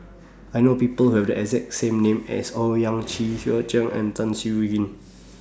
I know People Have The exact same name as Owyang Chi Hua Chai Yong and Tan Siew Yin